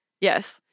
Yes